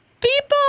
people